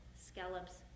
scallops